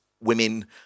women